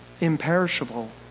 Imperishable